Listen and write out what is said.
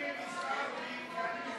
רוצים, בבקשה, אדוני.